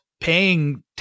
paying